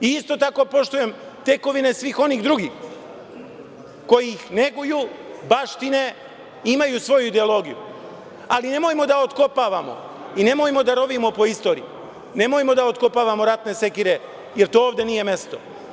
Isto tako poštujem tekovine svih onih drugih koji ih neguju, baštine, imaju svoju ideologiju, ali nemojmo da otkopavamo i nemojmo da rovimo po istoriji, nemojmo da otkopavamo ratne sekire, jer to ovde nije mesto.